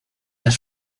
las